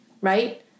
right